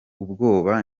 ubwoba